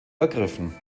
ergriffen